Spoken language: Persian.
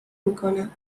میکنن